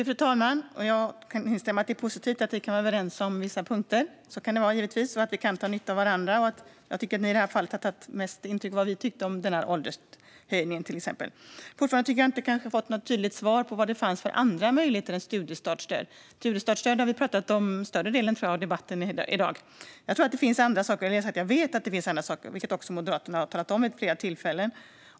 Fru talman! Jag instämmer i att det är positivt att vi kan vara överens om vissa punkter. Givetvis kan det vara så att vi kan dra nytta av varandra. Jag tycker att ni i det här fallet har tagit mest intryck av vad vi tyckte om åldershöjningen till exempel. Jag tycker fortfarande inte att jag har fått något tydligt svar på vad det finns för andra möjligheter än studiestartsstöd. Studiestartsstöd har vi pratat om större delen av debatten i dag. Jag vet att det finns andra saker, vilket också Moderaterna har talat om vid flera tillfällen.